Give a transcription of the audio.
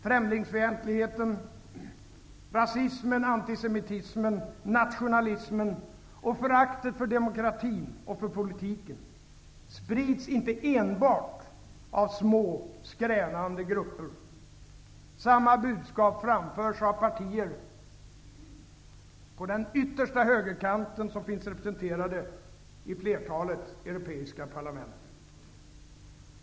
Främlingsfientligheten, rasismen, antisemitismen, nationalismen och föraktet för demokratin och för politiken sprids inte enbart av små skränande grupper. Samma budskap framförs av partier på den yttersta högerkanten, vilka finns representerade i flertalet europeiska parlament.